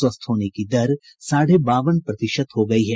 स्वस्थ होने की दर साढ़े बावन प्रतिशत हो गयी है